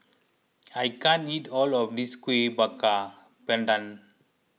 I can't eat all of this Kueh Bakar Pandan